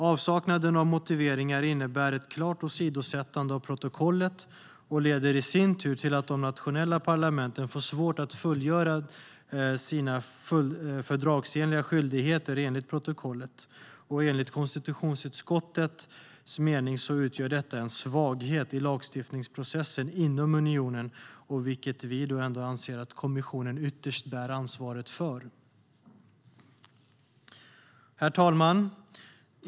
Avsaknaden av motiveringar innebär ett klart åsidosättande av protokollet och leder i sin tur till att de nationella parlamenten får svårt att fullgöra sina fördragsenliga skyldigheter enligt protokollet. Enligt konstitutionsutskottets mening utgör detta en svaghet i lagstiftningsprocessen inom unionen, vilket vi anser att kommissionen ytterst bär ansvaret för. Herr talman!